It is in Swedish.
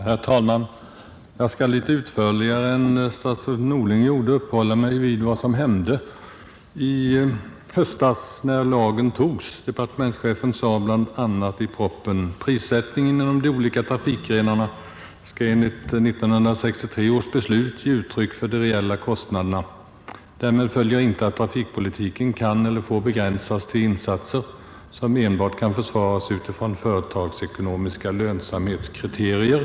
Herr talman! Jag skall litet utförligare än statsrådet Norling uppehålla mig vid vad som hände i höstas när lagen antogs. I propositionen sade departementschefen bl.a. att ”prissättningen inom de olika trafikgrenarna” — enligt 1963 års beslut — ”skall ge uttryck för de reella kostnaderna. ——— Därmed följer inte, att trafikpolitiken kan eller får begränsas till insatser som enbart kan försvaras utifrån företagsekonomiska lönsamhetskriterier.